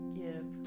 give